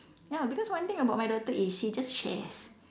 ya because one thing about my daughter is she just shares